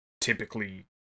typically